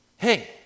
Hey